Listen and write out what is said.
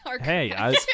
hey